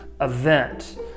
event